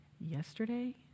yesterday